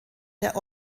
der